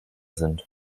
sind